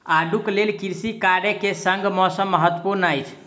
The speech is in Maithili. आड़ूक लेल कृषि कार्य के संग मौसम महत्वपूर्ण अछि